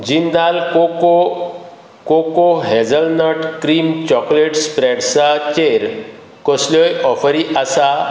Jindal cocoa cocoa hazelnut cream chocolate स्प्रेड्साचेर कसल्योय ऑफरी आसा